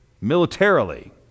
militarily